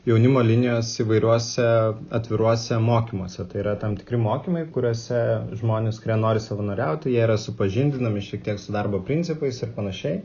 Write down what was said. jaunimo linijos įvairiuose atviruose mokymuose tai yra tam tikri mokymai kuriuose žmonės kurie nori savanoriauti jie yra supažindinami šiek tiek su darbo principais ir panašiai